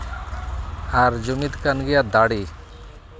ᱟᱨ ᱡᱩᱢᱤᱫ ᱠᱟᱱ ᱜᱮᱭᱟ ᱫᱟᱲᱮ